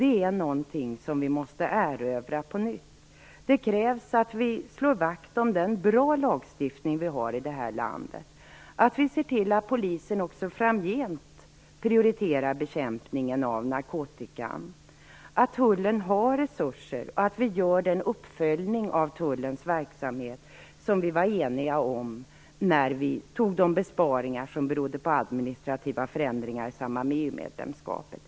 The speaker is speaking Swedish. Det är någonting som vi måste erövra på nytt. Det krävs att vi slår vakt om den goda lagstiftning vi har i det här landet. Det krävs att vi ser att Polisen också framgent prioriterar bekämpningen av narkotikan, att Tullen har resurser och att vi gör den uppföljning av Tullens verksamhet som vi var eniga om när vi fattade beslut om de besparingar som berodde på administrativa förändringar i samband med EU-medlemskapet.